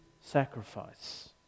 sacrifice